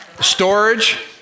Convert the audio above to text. Storage